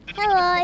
hello